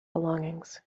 belongings